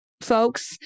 folks